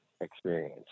experience